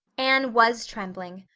anne was trembling.